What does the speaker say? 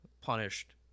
punished